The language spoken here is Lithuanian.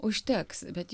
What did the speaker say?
užteks bet